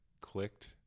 clicked